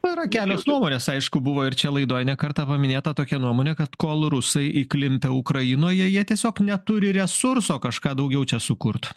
yra kelios nuomonės aišku buvo ir čia laidoj ne kartą paminėta tokia nuomonė kad kol rusai įklimpę ukrainoje jie tiesiog neturi resurso kažką daugiau čia sukurt